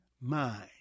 mind